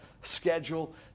schedule